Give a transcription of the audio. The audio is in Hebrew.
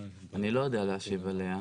אני לא יודע להשיב עליה.